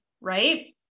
right